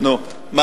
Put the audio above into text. מה?